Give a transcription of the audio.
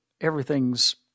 everything's